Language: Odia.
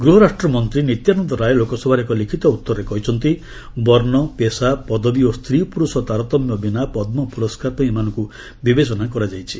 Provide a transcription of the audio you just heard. ଗୃହ ରାଷ୍ଟ୍ରମନ୍ତ୍ରୀ ନିତ୍ୟାନନ୍ଦ ରାଏ ଲୋକସଭାରେ ଏକ ଲିଖିତ ଉତ୍ତରରେ କହିଛନ୍ତି ବର୍ଷ ପେଶା ପଦବୀ ଓ ସ୍ତ୍ରୀ ପୁରୁଷ ତାରତମ୍ୟ ବିନା ପଦ୍କ ପୁରସ୍କାର ପାଇଁ ଏମାନଙ୍କୁ ବିବେଚନା କରାଯାଇଛି